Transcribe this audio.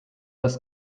das